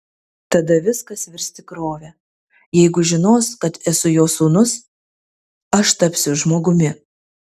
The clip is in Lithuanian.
tada viskas virs tikrove jeigu žinos kad esu jo sūnus aš tapsiu žmogumi